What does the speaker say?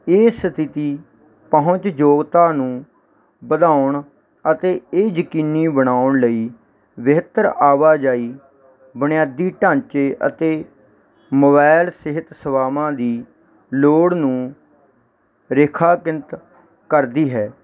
ਇਹ ਸਥਿਤੀ ਪਹੁੰਚ ਯੋਗਤਾ ਨੂੰ ਵਧਾਉਣ ਅਤੇ ਇਹ ਯਕੀਨੀ ਬਣਾਉਣ ਲਈ ਬਿਹਤਰ ਆਵਾਜਾਈ ਬੁਨਿਆਦੀ ਢਾਂਚੇ ਅਤੇ ਮੋਬੈਲ ਸਿਹਤ ਸੇਵਾਵਾਂ ਦੀ ਲੋੜ ਨੂੰ ਰੇਖਾਕ੍ਰਿਤ ਕਰਦੀ ਹੈ